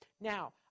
Now